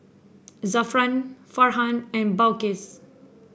Zafran Farhan and Balqis